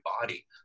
body